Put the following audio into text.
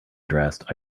dressed